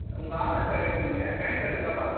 உங்கள் ஆதார் கார்டு எடுத்துக்கங்க பேன் கார்டிருக்காப்பா